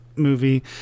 movie